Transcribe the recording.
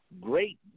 great